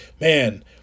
man